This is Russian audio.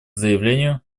заявлению